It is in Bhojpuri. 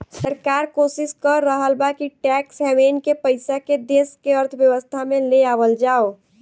सरकार कोशिस कर रहल बा कि टैक्स हैवेन के पइसा के देश के अर्थव्यवस्था में ले आवल जाव